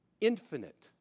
infinite